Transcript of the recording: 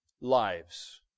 lives